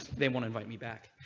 they want to bite me back.